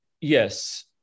yes